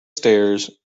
stairs